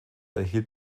erhielt